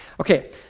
Okay